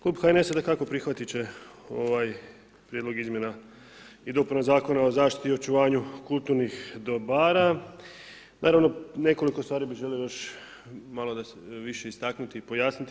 Klub HNS-a dakako prihvatit će ovaj prijedlog izmjena i dopuna zakona o zaštiti i očuvanju kulturnih dobara, naravno nekoliko stvari bih želio malo više istaknuti i pojasniti.